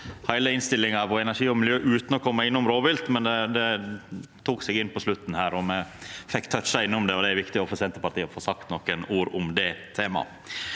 heile innstillinga om energi og miljø utan å koma inn på rovvilt, men det tok seg inn på slutten her. Me fekk tøtsja innom det, og det er viktig for Senterpartiet òg å få sagt nokre ord om det temaet.